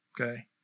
okay